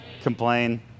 Complain